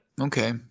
Okay